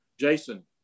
Jason